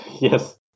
Yes